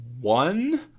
one